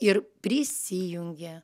ir prisijungia